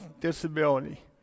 disability